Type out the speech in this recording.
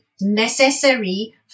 necessary